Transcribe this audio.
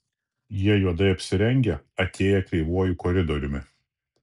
jie juodai apsirengę atėję kreivuoju koridoriumi